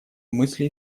мысли